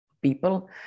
People